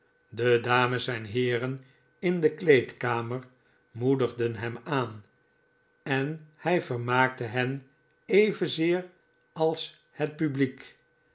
de dames en heeren in de kleedkamer moedigden hem aan en hi vermaakten hen evenzeer als het publiek